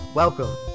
Welcome